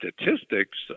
statistics